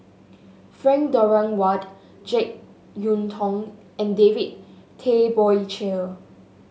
Frank Dorrington Ward JeK Yeun Thong and David Tay Poey Cher